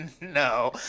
no